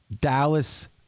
Dallas